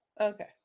Okay